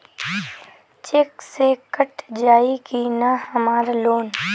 Check से कट जाई की ना हमार लोन?